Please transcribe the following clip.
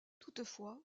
toutefois